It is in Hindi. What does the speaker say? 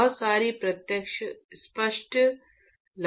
बहुत सारी प्रत्यक्ष स्पष्ट लागतें हैं